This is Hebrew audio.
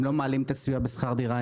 הם לא מעלים את הסיוע בשכר דירה,